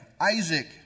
Isaac